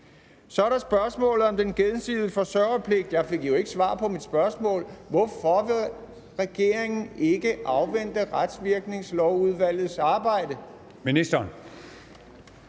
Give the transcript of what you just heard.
Så er der spørgsmålet om den gensidige forsørgerpligt. Jeg fik jo ikke svar på mit spørgsmål. Hvorfor vil regeringen ikke afvente Retsvirkningslovsudvalgets arbejde?